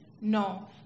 No